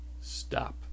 stop